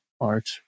art